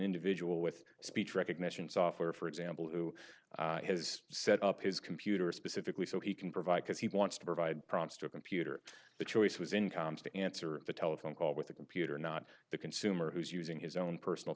individual with speech recognition software for example who has set up his computer specifically so he can provide because he wants to provide prompts to a computer the choice was in comes to answer the telephone call with a computer not the consumer who's using his own personal